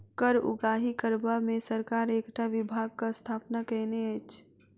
कर उगाही करबा मे सरकार एकटा विभागक स्थापना कएने अछि